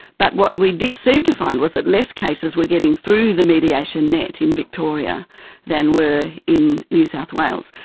but what we did seem to find was that less cases were getting through the mediation net in victoria than were in new south wales.